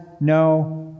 no